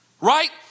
right